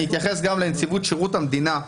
אני אתייחס גם לנציבות שירות המדינה.